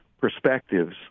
perspectives